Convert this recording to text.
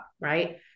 right